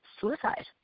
suicide